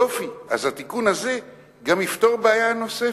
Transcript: יופי, אז התיקון הזה יפתור גם בעיה נוספת.